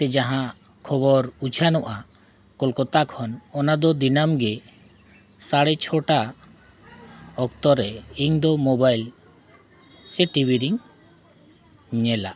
ᱛᱮ ᱡᱟᱦᱟᱸ ᱠᱷᱚᱵᱚᱨ ᱩᱪᱷᱟᱹᱱᱚᱜᱼᱟ ᱠᱳᱞᱠᱟᱛᱟ ᱠᱷᱚᱱ ᱚᱱᱟ ᱫᱚ ᱫᱤᱱᱟᱹᱢ ᱜᱮ ᱥᱟᱲᱮ ᱪᱷᱚᱴᱟ ᱚᱠᱛᱚ ᱨᱮ ᱤᱧ ᱫᱚ ᱢᱳᱵᱟᱭᱤᱞ ᱥᱮ ᱴᱤᱵᱤ ᱨᱤᱧ ᱧᱮᱞᱟ